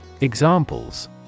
Examples